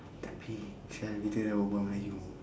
tak boleh pasal kita dah berbual melayu